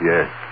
Yes